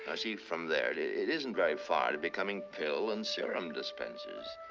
ah see, from there, it isn't very far to becoming pill and serum dispensers.